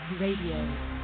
Radio